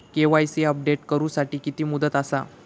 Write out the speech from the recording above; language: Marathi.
के.वाय.सी अपडेट करू साठी किती मुदत आसा?